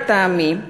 לטעמי.